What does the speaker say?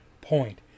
point